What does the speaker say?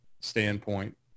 standpoint